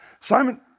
Simon